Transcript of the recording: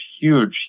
huge